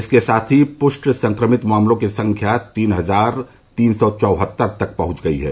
इसके साथ ही पुष्ट संक्रमित मामलों की संख्या तीन हजार तीन सौ चौहत्तर तक पहुंच गई है